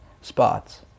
spots